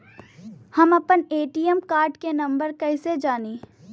हम अपने ATM card के नंबर कइसे जानी?